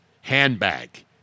handbag